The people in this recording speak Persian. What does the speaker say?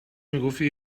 میگفتی